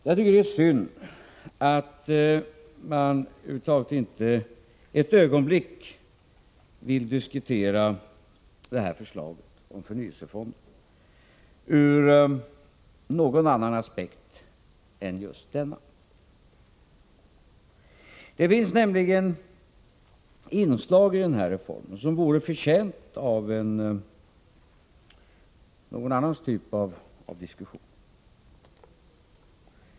Jag tycker att det är synd att man över huvud taget inte ett ögonblick vill diskutera förslaget om förnyelsefonder ur någon annan aspekt än just denna. Det finns nämligen inslag i den här reformen som vore förtjänta av en annan typ av diskussion.